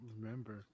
remember